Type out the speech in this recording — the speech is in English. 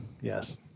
Yes